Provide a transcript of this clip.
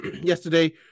yesterday